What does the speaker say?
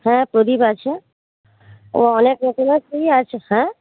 হ্যাঁ প্রদীপ আছে ও অনেক রকমেরই আছে হ্যাঁ